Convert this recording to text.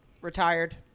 retired